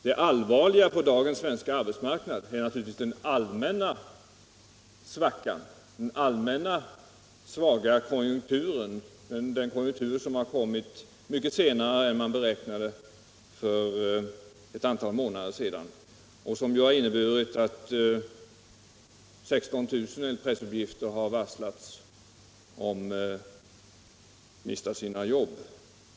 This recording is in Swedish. Det allvarliga för dagens svenska arbetsmarknad är naturligtvis svackan i den allmänna konjunkturen, att uppgången i konjunkturen har kommit mycket senare än man beräknade för ett antal månader sedan. Det har inneburit att enligt pressuppgifter 16 000 har varslats om att mista sina jobb.